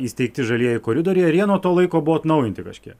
įsteigti žalieji koridoriai ar jie nuo to laiko buvo atnaujinti kažkiek